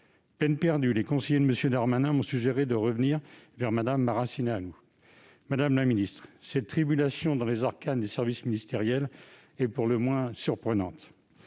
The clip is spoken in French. Peine perdue : les conseillers de M. Darmanin m'ont suggéré de revenir vers Mme Maracineanu ... Madame la secrétaire d'État, cette tribulation dans les arcanes des services ministériels est pour le moins surprenante